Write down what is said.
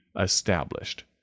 established